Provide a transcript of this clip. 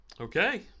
Okay